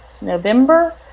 November